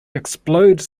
explode